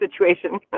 situation